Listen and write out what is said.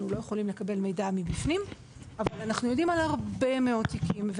לא יכולים לקבל מידע מבפנים אבל אנחנו יודעים על הרבה מאוד תיקים.